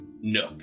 nook